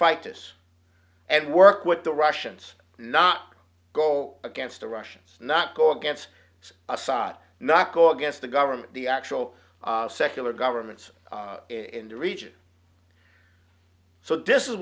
fight this and work with the russians not go against the russians not go against assad not go against the government the actual secular government in the region so this is